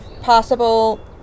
possible